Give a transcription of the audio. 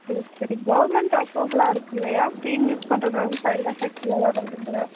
சரி சரி கவர்மெண்ட் அப்ரூவ்ட்லாம் இருக்குது இல்லையா க்ரீம் யூஸ் பண்ணுறதால சைட் எஃபெக்டெலாம் வராது இல்லையா